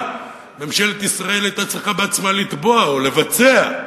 ממשלת ישראל היתה צריכה בעצמה לתבוע או לבצע?